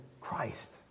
Christ